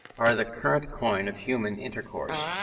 are the current coin of human intercourse,